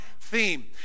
theme